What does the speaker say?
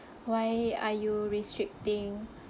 why are you restricting